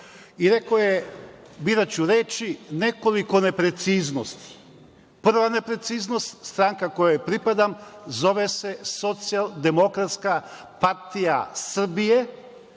i rekao je, biraću reči, nekoliko nepreciznosti. Prva nepreciznost, stranka kojoj pripadam zove se Socijaldemokratska partija Srbije,